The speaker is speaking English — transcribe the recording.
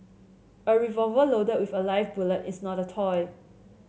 a revolver loaded with a live bullet is not a toy